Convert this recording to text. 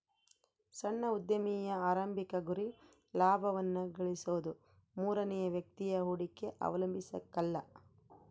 ಸಣ್ಣ ಉದ್ಯಮಿಯ ಆರಂಭಿಕ ಗುರಿ ಲಾಭವನ್ನ ಗಳಿಸೋದು ಮೂರನೇ ವ್ಯಕ್ತಿಯ ಹೂಡಿಕೆ ಅವಲಂಬಿಸಕಲ್ಲ